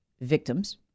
victims